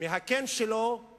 שלו אני